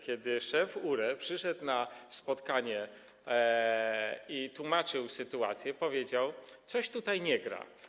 Kiedy szef URE przyszedł na spotkanie i tłumaczył sytuację, powiedział, że coś tutaj nie gra.